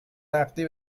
نقدی